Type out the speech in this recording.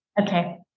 Okay